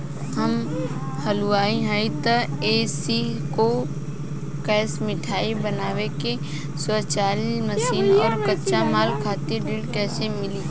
हम हलुवाई हईं त ए.सी शो कैशमिठाई बनावे के स्वचालित मशीन और कच्चा माल खातिर ऋण कइसे मिली?